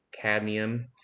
cadmium